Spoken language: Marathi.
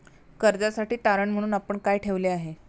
कर्जासाठी तारण म्हणून आपण काय ठेवले आहे?